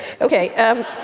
Okay